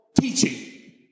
teaching